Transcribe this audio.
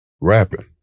Rapping